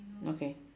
okay